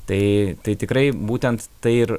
tai tai tikrai būtent tai ir